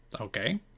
okay